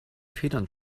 federn